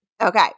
Okay